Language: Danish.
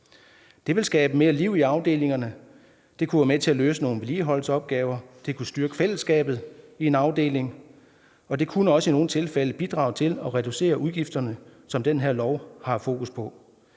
Det ville skabe mere liv i afdelingerne. Det kunne være med til at løse nogle vedligeholdelsesopgaver. Det kunne styrke fællesskabet i en afdeling, og det kunne også i nogle tilfælde bidrage til at reducere udgifterne, som det her lovforslag har fokus på.